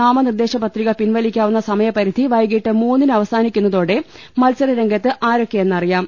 നാമനിർദ്ദേശപത്രിക പിൻവലിക്കാവുന്ന സമയപരിധി വൈകിട്ട് മൂന്നിന് അവസാനിക്കുന്നതോടെ മത്സരരം ഗത്ത് ആരൊക്കെയെന്നറിയാം